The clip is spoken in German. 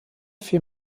vier